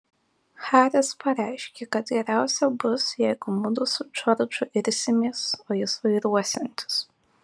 haris pareiškė kad geriausia bus jeigu mudu su džordžu irsimės o jis vairuosiantis